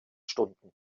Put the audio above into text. stunden